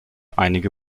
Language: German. einige